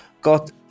got